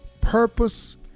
purpose